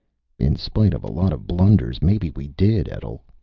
in spite of a lot of blunders, maybe we did, etl,